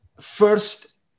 first